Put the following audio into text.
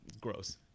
gross